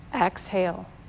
exhale